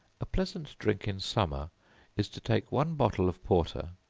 a pleasant drink in summer is to take one bottle of porter,